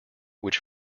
which